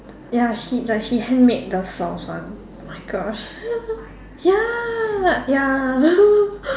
ya she like she handmade the sauce one oh my Gosh ya ya